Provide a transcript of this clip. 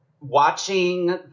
watching